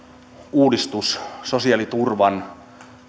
uudistuksen sosiaaliturvan